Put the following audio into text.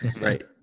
Right